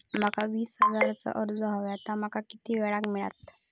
माका वीस हजार चा कर्ज हव्या ता माका किती वेळा क मिळात?